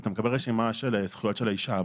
אתה מקבל רשימה של זכויות של האישה.